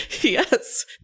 Yes